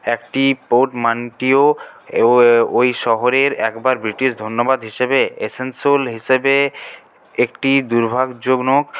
একটি পোর্টমান্টিউ ওই শহরে একবার ব্রিটিশ ধন্যবাদ হিসাবে এসেনসোল হিসেবে একটি দুর্ভাগ্যজনক